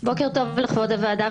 בוקר טוב לכבוד הוועדה,